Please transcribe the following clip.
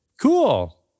Cool